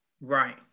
right